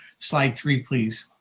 slide three please.